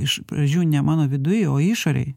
iš pradžių ne mano viduj o išorėj